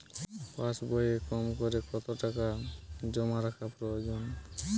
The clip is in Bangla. পাশবইয়ে কমকরে কত টাকা জমা রাখা প্রয়োজন?